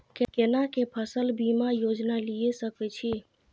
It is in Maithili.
केना के फसल बीमा योजना लीए सके छी?